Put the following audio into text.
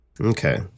Okay